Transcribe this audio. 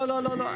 לא, לא.